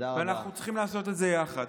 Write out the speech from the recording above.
ואנחנו צריכים לעשות את זה יחד.